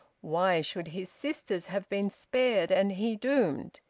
why should his sisters have been spared and he doomed?